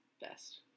best